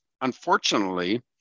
unfortunately